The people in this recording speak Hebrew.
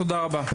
תודה רבה.